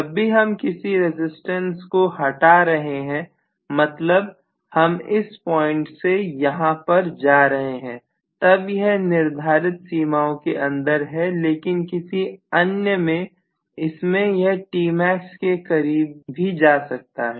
जब भी हम किसी रजिस्टेंस को हटा रहे हैं मतलब हम इस पॉइंट से यहां पर जा रहे हैं तब यह निर्धारित सीमाओं के अंदर है लेकिन किसी अन्य के इसमें यह Tmax के करीब भी जा सकता है